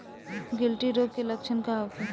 गिल्टी रोग के लक्षण का होखे?